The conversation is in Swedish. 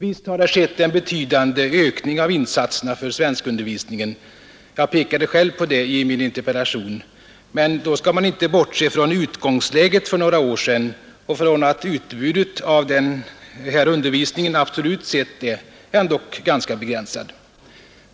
Visst har det skett en betydande ökning av insatserna för svenskundervisningen — det pekar jag själv på i min interpellation — men då skall man inte bortse från utgångsläget för några år sedan och från att utbudet av denna undervisning absolut sett ändå är mycket begränsat.